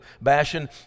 Bashan